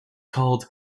called